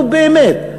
נו באמת.